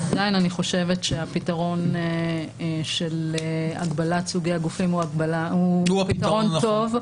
ועדיין אני חושבת שהפתרון של הגבלת סוגי הגופים הוא הפתרון הטוב.